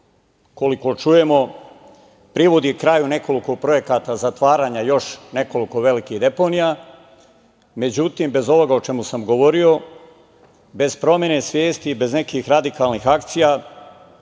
koliko čujemo, privodi kraju nekoliko projekata zatvaranja još nekoliko velikih deponija, međutim bez ovoga o čemu sam govorio, bez promene svesti, bez nekih radikalnih akcija